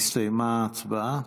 הסתיימה ההצבעה.